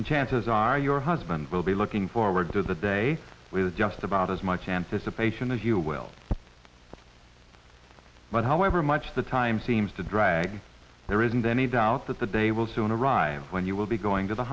and chances are your husband will be looking forward to the day with just about as much anticipation as you will but however much the time seems to drag there isn't any doubt that the day will soon arrive when you will be going to the